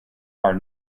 are